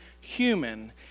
human